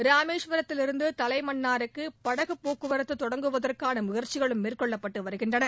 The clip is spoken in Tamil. ராமேஸ்வரத்தில் இருந்து தலைமன்னாருக்கு படகு போக்குவரத்து தொடங்குவதற்கான முயற்சிகளும் மேற்கொள்ளப்பட்டு வருகின்றன